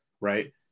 right